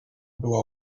była